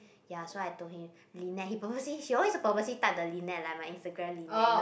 ya so I told him Lynette he purposely he always purposely type the Leanette like my Instagram Lynette you know